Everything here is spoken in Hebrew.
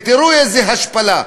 ותראו איזו השפלה.